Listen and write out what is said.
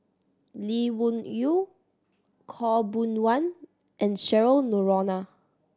Lee Wung Yew Khaw Boon Wan and Cheryl Noronha